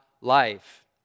life